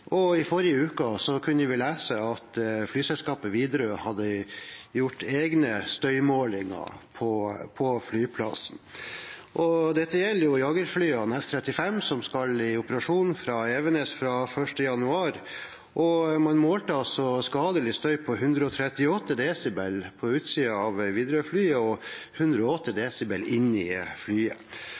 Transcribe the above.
og i forrige uke kunne vi lese at flyselskapet Widerøe hadde gjort egne støymålinger på flyplassen. Dette gjelder jagerflyene F-35, som skal i operasjon fra Evenes fra 1. januar. Man målte altså skadelig støy på 138 desibel på utsiden av Widerøe-fly og 108 desibel inne i flyet.